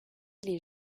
les